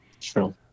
True